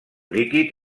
líquid